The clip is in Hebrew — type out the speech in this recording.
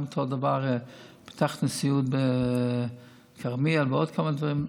אותו דבר פתחנו סיעוד בכרמיאל, ועוד כמה דברים.